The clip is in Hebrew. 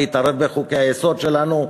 להתערב בחוקי-היסוד שלנו,